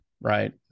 right